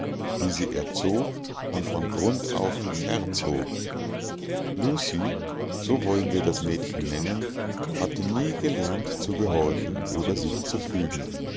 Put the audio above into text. die sie erzog und von grund auf verzog lucie so wollen wir das mädchen nennen hatte nie gelernt zu gehorchen oder sich zu fügen